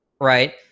right